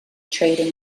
trading